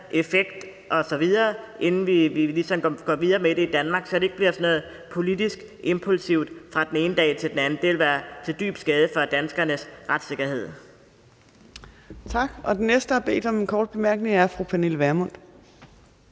effekt osv. – inden vi ligesom går videre med det i Danmark, så det ikke bliver sådan noget politisk impulsivt fra den ene dag til den anden. Det ville være til dyb skade for danskernes retssikkerhed. Kl. 17:51 Fjerde næstformand (Trine Torp): Tak. Og den næste, der har bedt om en kort bemærkning, er fru Pernille Vermund.